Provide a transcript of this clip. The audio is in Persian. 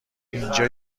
اینجا